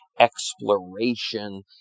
exploration